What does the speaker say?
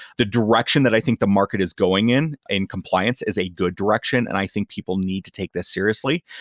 the direction that i think the market is going in in compliance is a good direction, and i think people need to take this seriously.